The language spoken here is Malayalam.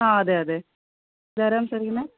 ആ അതെയതെ ഇതാരാ സംസാരിക്കുന്നത്